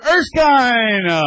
Erskine